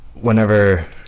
whenever